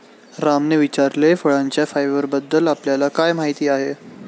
रामने विचारले, फळांच्या फायबरबद्दल आपल्याला काय माहिती आहे?